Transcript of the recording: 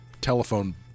telephone